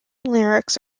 lyrics